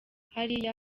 hariya